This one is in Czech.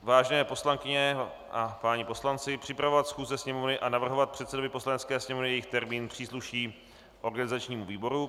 Vážené paní poslankyně a páni poslanci, připravovat schůze Sněmovny a navrhovat předsedovi Poslanecké sněmovny jejich termín přísluší organizačnímu výboru.